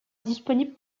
disponible